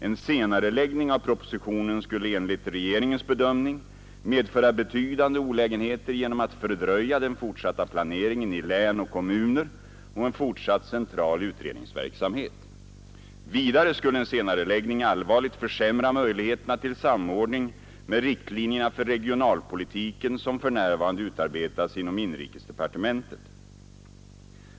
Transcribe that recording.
En senareläggning av propositionen skulle enligt regeringens bedömning medföra betydande olägenheter genom att fördröja den fortsatta planeringen i län och kommuner och en fortsatt central utredningsverksamhet. Vidare skulle en senareläggning allvarligt försämra möjligheterna till samordning med riktlinjerna för regionalpolitiken som för närvarande utarbetas inom inrikesdepartementet.